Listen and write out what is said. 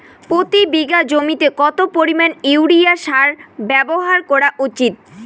প্রতি বিঘা জমিতে কত পরিমাণ ইউরিয়া সার ব্যবহার করা উচিৎ?